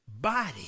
body